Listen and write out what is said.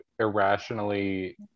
irrationally